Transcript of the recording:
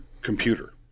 computer